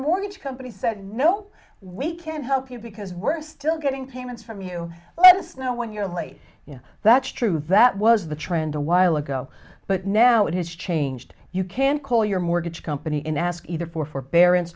mortgage company said no we can't help you because we're still getting payments from you let us know when you're late that's true that was the trend a while ago but now it has changed you can call your mortgage company in ask either for forbearance